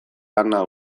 lana